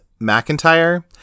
McIntyre